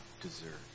deserve